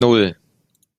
nan